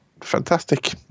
fantastic